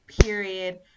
period